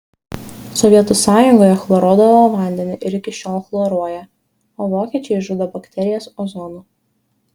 sovietų sąjungoje chloruodavo vandenį ir iki šiol chloruoja o vokiečiai žudo bakterijas ozonu